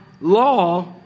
law